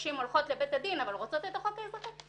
שנשים הולכות לבית הדין אבל רוצות את החוק האזרחי.